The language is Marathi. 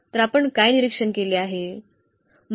तर आपण काय निरीक्षण केले आहे